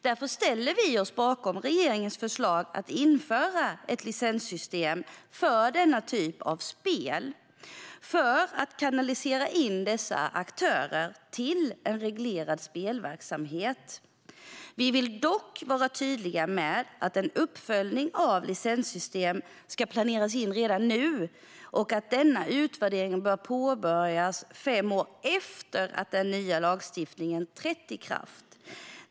Därför ställer vi oss bakom regeringens förslag att införa ett licenssystem för denna typ av spel för att kanalisera in dessa aktörer till en reglerad spelverksamhet. Vi vill dock vara tydliga med att en uppföljning av licenssystemet ska planeras in redan nu och att denna utvärdering bör påbörjas fem år efter att den nya lagstiftningen har trätt i kraft.